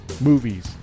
movies